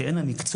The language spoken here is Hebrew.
שאין לה מקצוע,